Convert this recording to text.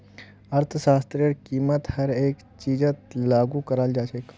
अर्थशास्त्रतेर कीमत हर एक चीजत लागू कराल जा छेक